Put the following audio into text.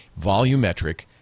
volumetric